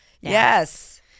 Yes